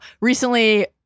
Recently